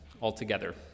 altogether